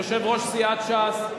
יושב-ראש סיעת ש"ס,